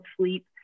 sleep